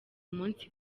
umunsi